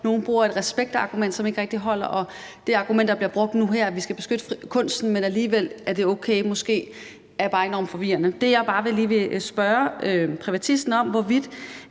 nogle bruger et respektargument, som ikke rigtig holder, og det argument, der bliver brugt nu her, om, at vi skal beskytte kunsten, men at alligevel er det måske okay, er enormt forvirrende. Det, jeg bare lige vil spørge privatisten om, er, hvorvidt